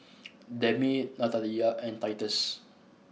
Demi Natalya and Titus